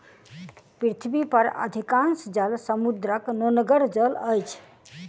पृथ्वी पर अधिकांश जल समुद्रक नोनगर जल अछि